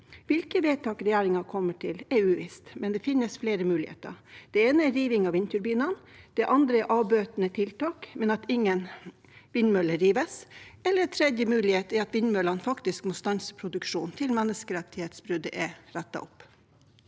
Hvilket vedtak regjeringen kommer til, er uvisst, men det finnes flere muligheter. Det ene er riving av vindturbinene, det andre er avbøtende tiltak, men at ingen vindmøller rives, og en tredje mulighet er at vindmøllene faktisk må stanse produksjonen til menneskerettighetsbruddet er rettet opp.